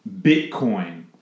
Bitcoin